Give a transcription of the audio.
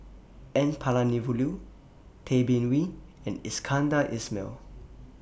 N Palanivelu Tay Bin Wee and Iskandar Ismail